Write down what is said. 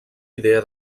idea